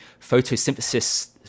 photosynthesis